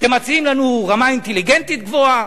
אתם מציעים לנו רמה אינטליגנטית גבוהה?